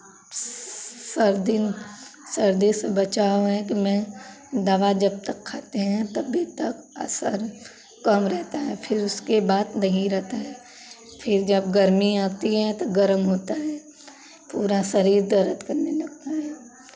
सर्दी सर्दी से बचाव है कि मैं दवा जब तक खाते हैं तभी तक असर कम रहता है फिर उसके बाद नहीं रहता है फिर जब गर्मी आती है तो गरम होता है पूरा शरीर दर्द करने लगता है